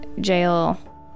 jail